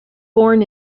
born